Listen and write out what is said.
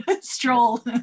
stroll